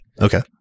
Okay